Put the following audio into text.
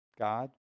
God